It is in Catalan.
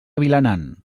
vilanant